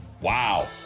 wow